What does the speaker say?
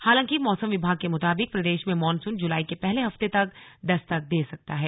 हालांकि मौसम विभाग के मुताबिक प्रदेश में मॉनसून जुलाई के पहले हफ्ते तक दस्तक दे सकता है